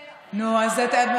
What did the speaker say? נו, את רואה?